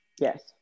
Yes